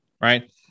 right